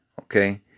okay